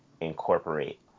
incorporate